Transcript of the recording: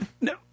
no